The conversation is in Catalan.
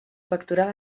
pectoral